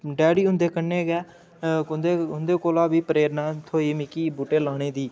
daddy हुंदे कन्नै गै उं'दे उं'दे कोला बी प्रेरना थ्होई मिगी बूह्टे लाने दी